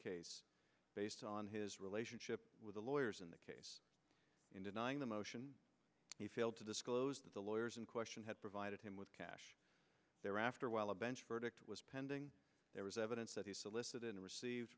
case based on his relationship with the lawyers in the case in denying the motion he failed to disclose to the lawyers in question had provided him with cash there after a while a bench verdict was pending there was evidence that he solicited and received